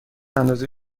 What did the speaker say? اندازه